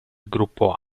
gruppo